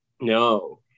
No